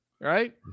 right